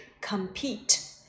Compete